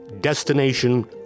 Destination